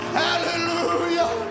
hallelujah